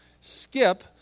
skip